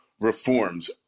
reforms